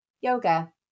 yoga